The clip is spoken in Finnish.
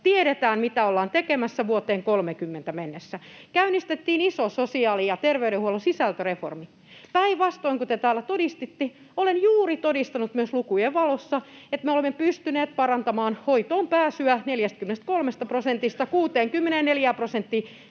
Tiedetään, mitä ollaan tekemässä vuoteen 2030 mennessä. Käynnistettiin iso sosiaali‑ ja terveydenhuollon sisältöreformi. Päinvastoin kuin te täällä todistitte, olen juuri todistanut myös lukujen valossa, että me olemme pystyneet parantamaan hoitoonpääsyä [Timo Heinonen: